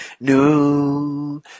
New